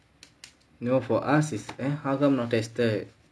no for us is eh how come not tested